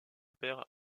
père